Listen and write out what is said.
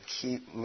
keep